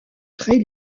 très